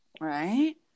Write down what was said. Right